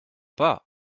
pas